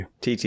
TT